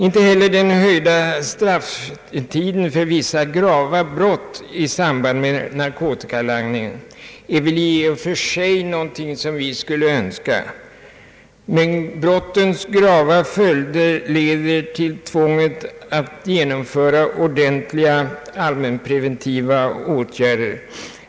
Inte heller den höjda strafftiden för vissa grava brott i samband med narkotikalangning är någonting som vi i och för sig skulle önska, men brottens svåra följder leder till tvånget att genomföra kraftiga allmänpreventiva åtgärder.